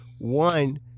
One